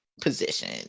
position